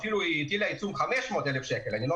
ואפילו אם היא הטילה עיצום של 500,000 שקל אני לא